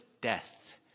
death